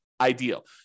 ideal